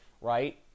right